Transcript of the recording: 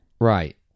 Right